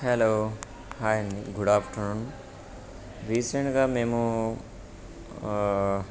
hello hi అండి good afternoon రీసెంట్గా మేము